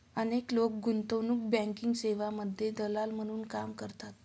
अनेक लोक गुंतवणूक बँकिंग सेवांमध्ये दलाल म्हणूनही काम करतात